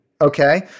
Okay